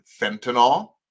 fentanyl